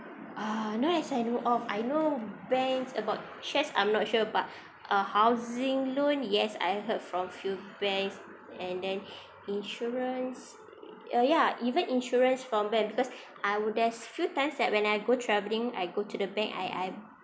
uh not as I know of I know banks about shares I'm not sure but uh housing loan yes I heard from few friends and then insurance uh ya even insurance from bank because I would there's few times that when I go travelling I go to the bank I I